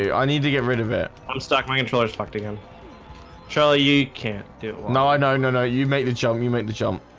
i need to get rid of it let's talk my controllers fucking him charlie you can't do no. i know no no you make the jump you make the jump